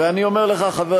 ואני אומר לך, חבר